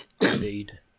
Indeed